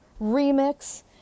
remix